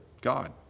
God